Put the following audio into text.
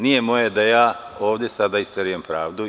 Nije moje da ja sada ovde isterujem pravdu.